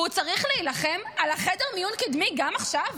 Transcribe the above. והוא צריך להילחם על חדר מיון קדמי גם עכשיו?